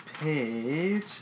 page